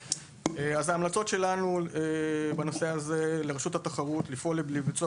ההמלצות שלנו בנושא הזה: לרשות התחרות לפעול לביצוע